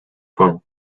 from